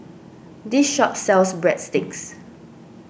this shop sells Breadsticks